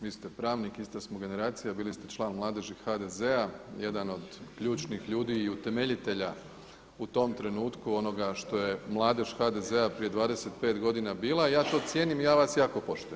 Vi ste pravnik, ista smo generacija, bili ste član mladeži HDZ-a, jedan od ključnih ljudi i utemeljitelja u tom trenutku onoga što je mladež HDZ-a prije 25 godina bila i ja to cijenim i ja vas jako poštujem.